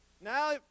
Now